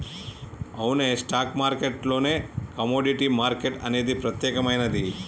అవునే stock market లోనే commodity market అనేది ప్రత్యేకమైనది